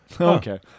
Okay